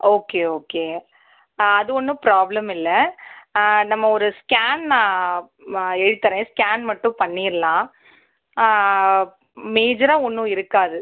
okay okay அது ஒன்றும் problem இல்லை நம்ம ஒரு ஸ்கேன் நான் எழுதித் தரேன் ஸ்கேன் மட்டும் பண்ணிடலாம் மேஜராக ஒன்றும் இருக்காது